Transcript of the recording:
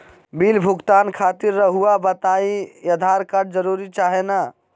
Bill भुगतान खातिर रहुआ बताइं आधार कार्ड जरूर चाहे ना?